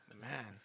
Man